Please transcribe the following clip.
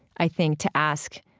i think, to ask.